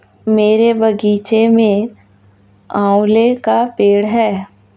मेरे बगीचे में आंवले का पेड़ है